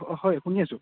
অঁ হয় শুনি আছোঁ